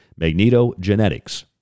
magnetogenetics